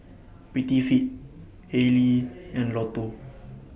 Prettyfit Haylee and Lotto